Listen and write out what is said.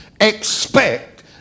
expect